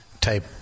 type